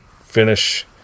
finish